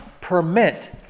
permit